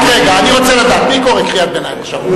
אני רוצה לדעת: מי קורא קריאת ביניים עכשיו?